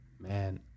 man